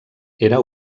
era